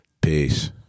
Peace